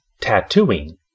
tattooing